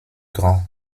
grand